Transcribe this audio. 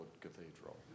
cathedral